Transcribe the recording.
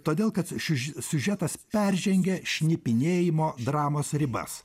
todėl kad šiu siužetas peržengia šnipinėjimo dramos ribas